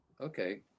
Okay